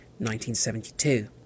1972